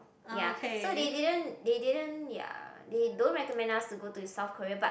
ya so they didn't they didn't ya they don't recommend us to go to South Korea but